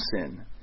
sin